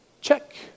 Check